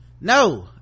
No